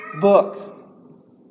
book